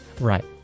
Right